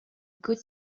good